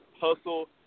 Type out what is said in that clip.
hustle